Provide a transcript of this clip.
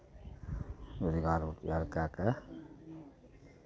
रोजगार उजगार कए कऽ